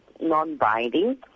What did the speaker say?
non-binding